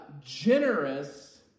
Generous